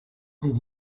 did